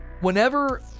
whenever